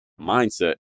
Mindset